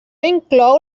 inclou